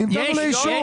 המתנו לאישור.